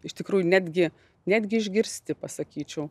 iš tikrųjų netgi netgi išgirsti pasakyčiau